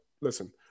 listen